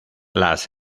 las